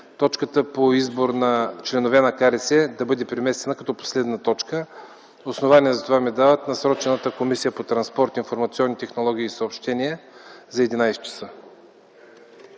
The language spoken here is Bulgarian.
точката за избор на членове на КРС да бъде преместена като последна. Основание за това ми дава насроченото заседание на Комисията по транспорт, информационни технологии и съобщения за 11,00 ч.